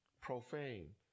profane